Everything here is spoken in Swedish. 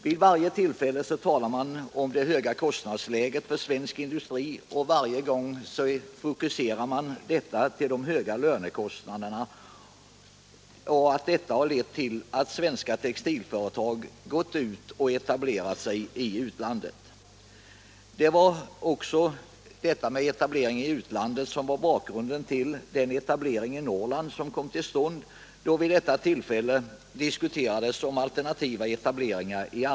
Vid varje tillfälle talar man om de höga kostnaderna i svensk industri, och varje gång fokuserar man detta till de höga lönerna, vilka skulle ha haft till följd att svenska textilföretag etablerat sig i utlandet. När etablering kom till stånd i Norrland var det också alternativa etableringar i andra länder som utgjorde bakgrunden vid diskussionerna.